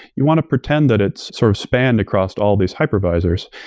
you want to pretend that it's sort of spanned across all these hypervisors.